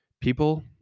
people